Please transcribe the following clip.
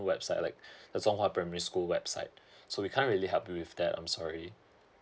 website like the song hwa primary school website so we can't really help you with that I'm sorry